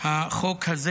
החוק הזה